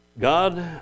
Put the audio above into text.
God